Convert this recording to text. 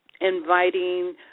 inviting